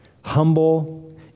humble